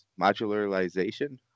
modularization